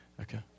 Okay